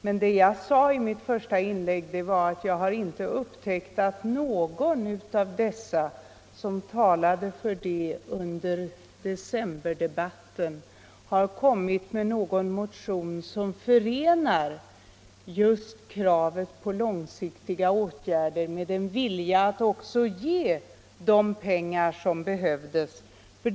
Men det jag sade i mitt första inlägg var att jag inte har upptäckt att någon av dem som talade för detta under decemberdebatten har kommit med någon motion som förenar kravet på långsiktiga åtgärder med en vilja att också hålla löftet om enprocentsmålet.